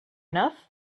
enough